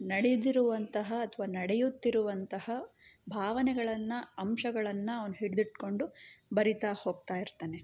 ನಡೆದಿರುವಂತಹ ಅಥ್ವಾ ನಡೆಯುತ್ತಿರುವಂತಹ ಭಾವನೆಗಳನ್ನು ಅಂಶಗಳನ್ನು ಅವ್ನು ಹಿಡಿದಿಟ್ಕೊಂಡು ಬರೀತಾ ಹೋಗ್ತಾ ಇರ್ತಾನೆ